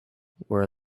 where